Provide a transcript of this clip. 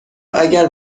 اگر